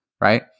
right